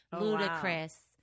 ludicrous